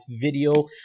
video